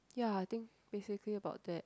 ya I think basically about that